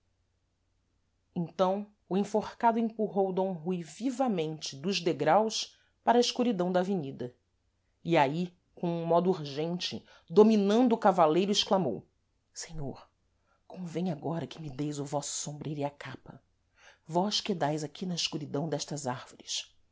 então o enforcado empurrou d rui vivamente dos degraus para a escuridão da avenida e aí com um modo urgente dominando o cavaleiro exclamou senhor convêm agora que me deis o vosso sombreiro e a capa vós quedais aqui na escuridão destas árvores